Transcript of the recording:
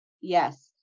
Yes